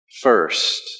First